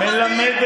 ראש ממשלת ניו זילנד